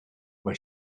but